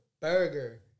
burger